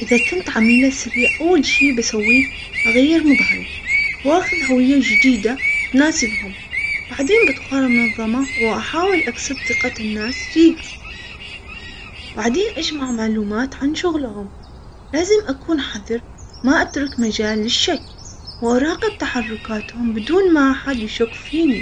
اذا كنت عميلة اول شي بسويه اغير مظهري واخذ هوية جديدة تناسبهم بعدين بدخل المنظمة واحاول اكسب ثقة الناس فيها بعدين اجمع معلومات عن شغلهم لازم اكون حذر ما اترك مجال للشك وأراقب تحركاتهم بدون ما حد يشك فيني.